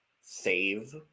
save